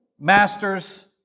masters